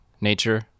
nature